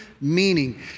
Meaning